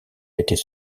étaient